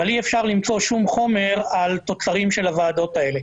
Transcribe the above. אבל אי אפשר למצוא שום חומר על תוצרים של הוועדות האלה.